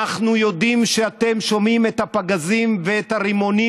אנחנו יודעים שאתם שומעים את הפגזים ואת הרימונים